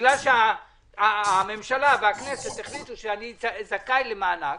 בגלל שהממשלה והכנסת החליטו שאני זכאי למענק,